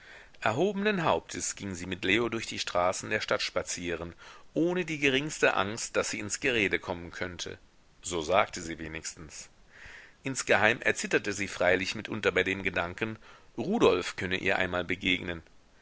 erhobenen hauptes ging sie mit leo durch die straßen der stadt spazieren ohne die geringste angst daß sie ins gerede kommen könnte so sagte sie wenigstens insgeheim erzitterte sie freilich mitunter bei dem gedanken rudolf könne ihr einmal begegnen